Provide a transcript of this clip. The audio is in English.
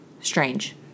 Strange